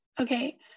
Okay